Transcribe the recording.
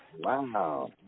Wow